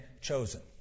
chosen